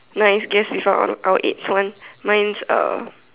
no it's guess this one out our age one mine is a